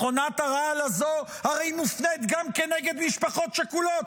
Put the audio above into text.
מכונת הרעל הזו הרי מופנית גם נגד משפחות שכולות,